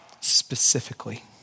specifically